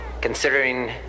considering